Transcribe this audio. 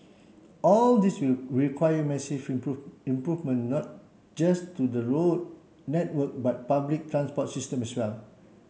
all this will require massive improve improvement not just to the road network but public transport systems as well